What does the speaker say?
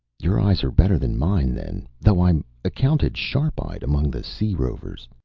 your eyes are better than mine, then, though i'm accounted sharp-eyed among the sea-rovers.